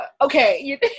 Okay